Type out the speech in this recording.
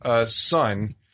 Son